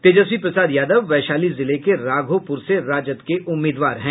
तेजस्वी प्रसाद यादव वैशाली जिले के राघोपुर से राजद के उम्मीदवार हैं